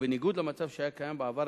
בניגוד למצב שהיה קיים בעבר,